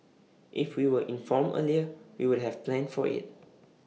if we were informed earlier we would have planned for IT